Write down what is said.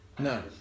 No